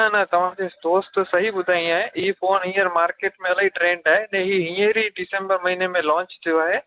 न न तव्हांखे दोस्त सही ॿुधाईं आहे हीअ फ़ोन हीअंर मार्केट में इलाही ट्रेंड आहे ऐं हीअंर ई दिसम्बर महीने में लॉन्च थियो आहे